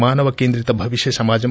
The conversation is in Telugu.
మానవ కేంద్రత భవిష్య సమాజం